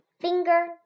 Finger